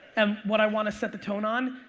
and what i wanna set the tone on,